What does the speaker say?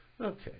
Okay